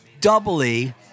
doubly